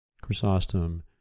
Chrysostom